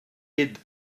hid